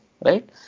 right